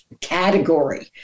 category